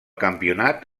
campionat